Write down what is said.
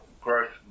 growth